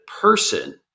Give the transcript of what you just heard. person